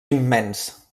immens